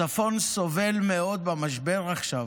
הצפון סובל מאוד במשבר עכשיו,